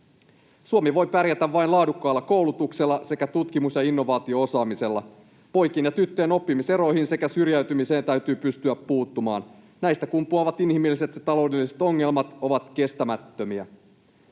Suomi voi pärjätä vain laadukkaalla koulutuksella sekä tutkimus- ja innovaatio-osaamisella. Poikien ja tyttöjen oppimiseroihin sekä syrjäytymiseen täytyy pystyä puuttumaan. Näistä kumpuavat inhimilliset ja taloudelliset ongelmat ovat kestämättömiä.